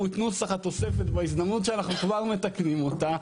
את נוסח התוספת בהזדמנות שאנחנו כבר מתקנים אותה,